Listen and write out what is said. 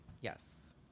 yes